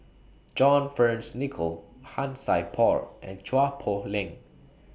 John Fearns Nicoll Han Sai Por and Chua Poh Leng